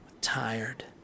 tired